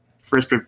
First